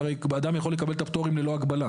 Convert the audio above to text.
כי הרי, בן אדם יכול לקבל את הפטורים ללא הגבלה.